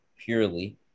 purely